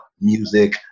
music